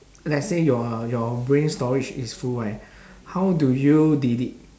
let's say your your brain storage is full right how do you delete